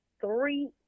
three